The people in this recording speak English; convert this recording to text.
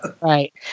Right